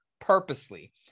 purposely